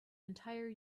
entire